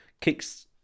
kicks